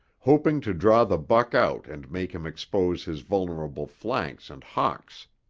hoping to draw the buck out and make him expose his vulnerable flanks and hocks.